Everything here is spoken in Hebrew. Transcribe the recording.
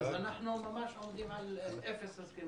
אז אנחנו עומדים על אפס הסכמי גג.